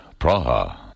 Praha